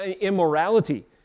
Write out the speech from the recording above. immorality